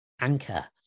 Anchor